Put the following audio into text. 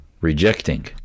Rejecting